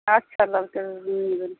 আচ্ছা দরকার হলে নিয়ে নিবেন